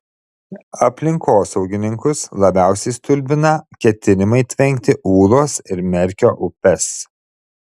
aplinkosaugininkus labiausiai stulbina ketinimai tvenkti ūlos ir merkio upes